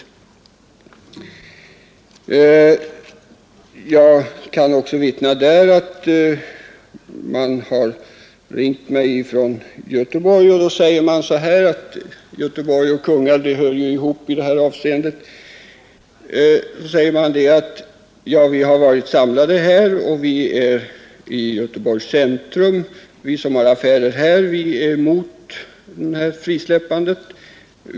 Jag kan vittna även där. Man har nämligen ringt mig från Göteborg — Göteborg och Kungälv hör ju ihop i detta avseende — och sagt: Vi som har affärer i Göteborgs centrum är emot ett frisläppande.